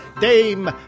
Dame